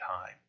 time